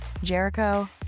Jericho